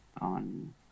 on